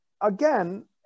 again